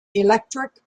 electric